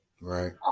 Right